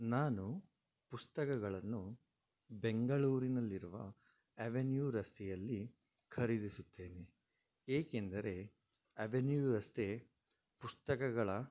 ನಾನು ಪುಸ್ತಕಗಳನ್ನು ಬೆಂಗಳೂರಿನಲ್ಲಿರುವ ಅವೆನ್ಯೂ ರಸ್ತೆಯಲ್ಲಿ ಖರೀದಿಸುತ್ತೇನೆ ಏಕೆಂದರೆ ಅವೆನ್ಯೂ ರಸ್ತೆ ಪುಸ್ತಕಗಳ